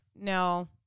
no